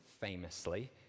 famously